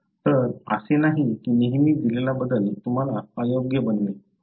तर असे नाही की नेहमी दिलेला बदल तुम्हाला अयोग्य बनवेल